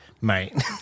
mate